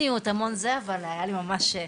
אבל אני חייבת להודות שהיה לי ממש מרגש,